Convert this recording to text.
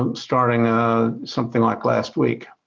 um starting ah something like last week.